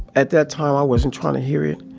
at that time, i wasn't trying to hear it.